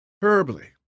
Terribly